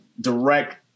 direct